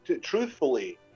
truthfully